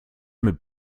mit